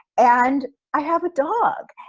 and i have a dog.